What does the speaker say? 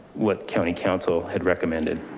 what county council had recommended.